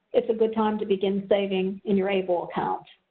is a good time to begin savings in your able account.